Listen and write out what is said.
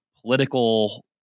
political